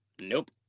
nope